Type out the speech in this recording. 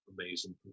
amazing